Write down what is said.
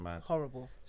horrible